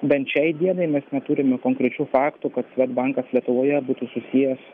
bent šiai dienai mes neturime konkrečių faktų kad svedbankas lietuvoje būtų susijęs